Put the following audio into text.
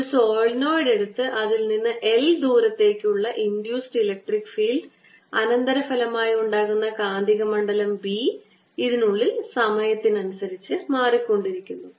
ഒരു സോളിനോയിഡ് എടുത്ത് അതിൽ നിന്ന് l എന്ന ദൂരത്തേക്ക് ഉള്ള ഇൻഡ്യൂസ്ഡ് ഇലക്ട്രിക് ഫീൽഡ് അനന്തരഫലമായി ഉണ്ടാകുന്ന കാന്തികമണ്ഡലം B ഇതിനുള്ളിൽ സമയത്തിനനുസരിച്ച് മാറിക്കൊണ്ടിരിക്കുന്നു